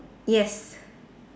yes